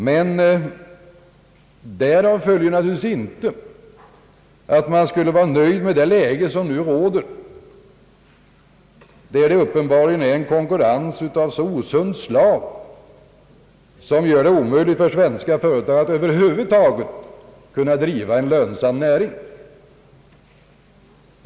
Men därav följer naturligtvis inte att man kan vara nöjd med det läge som nu råder, där det uppenbarligen förekommer en konkurrens av så osunt slag att det är omöjligt för svenska företag att över huvud taget kunna driva en lönsam näring.